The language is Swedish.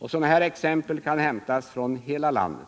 Sådana här exempel kan hämtas från hela landet.